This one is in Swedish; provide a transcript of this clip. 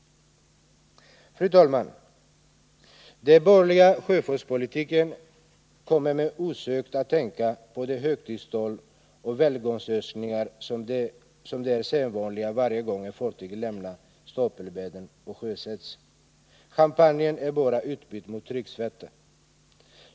Fru talman! Den borgerliga sjöfartspolitiken kommer mig osökt att tänka på de högtidstal och välgångsönskningar som är sedvanliga varje gång ett fartyg lämnar stapelbädden och sjösätts. Champagnen är bara utbytt mot trycksvärta.